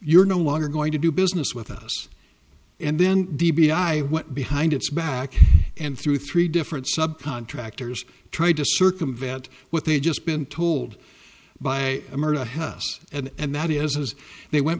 you're no longer going to do business with us and then d b i went behind its back and through three different sub contractors tried to circumvent what they'd just been told by america help us and that is as they went